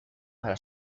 para